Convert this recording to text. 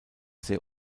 sehr